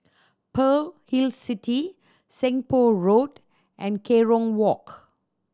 Pearl Hill City Seng Poh Road and Kerong Walk